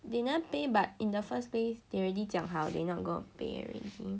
they never pay but in the first place they already 讲好 they not going to pay already